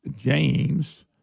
James